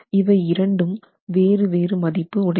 இவை இரண்டும் வேறு வேறு மதிப்புடையவை